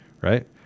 Right